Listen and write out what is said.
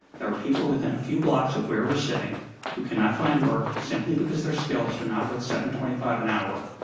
there are people within a few blocks of where we're sitting who cannot find work simply because their skills are not worth seven dollars. twenty five an hour.